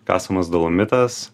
kasamas dolomitas